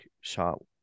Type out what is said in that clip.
shot